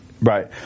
Right